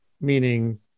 meaning